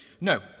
No